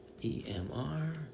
EMR